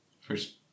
First